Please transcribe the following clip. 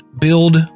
build